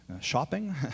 shopping